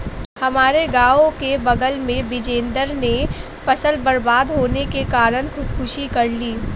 हमारे गांव के बगल में बिजेंदर ने फसल बर्बाद होने के कारण खुदकुशी कर ली